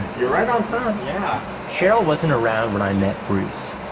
you're right on time. yeah. cheryl wasn't around when i met bruce.